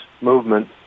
movement